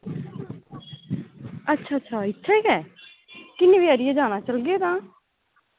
अच्छ अच्छा इत्थैं गै किन्ने बजे हारियै जाना चलगे तां